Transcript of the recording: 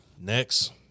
Next